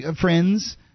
friends